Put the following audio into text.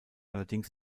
allerdings